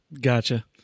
Gotcha